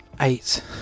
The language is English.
Eight